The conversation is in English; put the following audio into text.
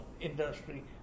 industry